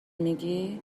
میگی